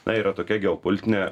na yra tokia geopolitinė